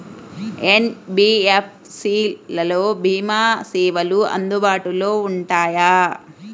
NBFC లలో భీమా సేవలు అందుబాటులో ఉంటాయా?